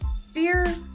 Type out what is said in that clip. Fear